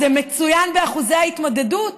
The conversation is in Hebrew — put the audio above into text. אז זה מצוין באחוזי ההתמודדות,